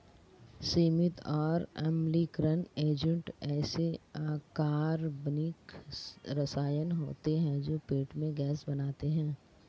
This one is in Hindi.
सीमित और अम्लीकरण एजेंट ऐसे अकार्बनिक रसायन होते हैं जो पेट में गैस बनाते हैं